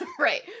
Right